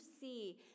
see